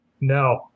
No